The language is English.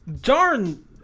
darn